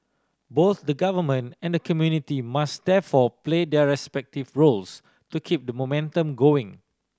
both the government and the community must therefore play their respective roles to keep the momentum going